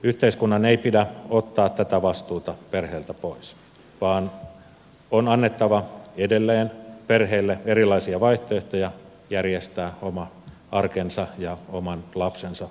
yhteiskunnan ei pidä ottaa tätä vastuuta perheeltä pois vaan on annettava edelleen perheelle erilaisia vaihtoehtoja järjestää oma arkensa ja oman lapsensa päivähoito